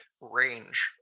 range